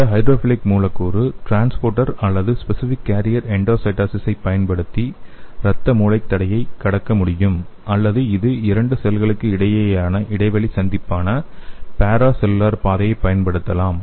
இந்த ஹைட்ரோஃபிலிக் மூலக்கூறு டிரான்ஸ்போர்ட்டர் அல்லது ஸ்பெசிஃபிக் கேரியர் எண்டோசைட்டோசிஸைப் பயன்படுத்தி இரத்த மூளைத் தடையை கடக்க முடியும் அல்லது இது இரண்டு செல்களுக்கு இடையிலான இடைவெளி சந்திப்பான பாரா செல்லுலார் பாதையைப் பயன்படுத்தலாம்